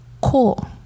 Cool